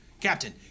Captain